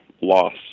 loss